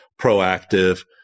proactive